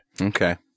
Okay